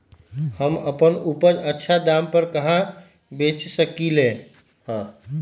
हम अपन उपज अच्छा दाम पर कहाँ बेच सकीले ह?